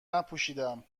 نپوشیدم